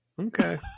Okay